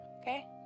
okay